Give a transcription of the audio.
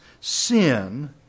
sin